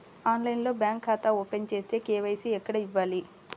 ఆన్లైన్లో బ్యాంకు ఖాతా ఓపెన్ చేస్తే, కే.వై.సి ఎక్కడ ఇవ్వాలి?